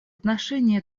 отношении